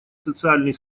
социальный